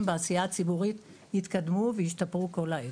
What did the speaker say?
בעשייה הציבורית יתקדמו וישתפרו כל העת.